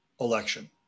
election